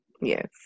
Yes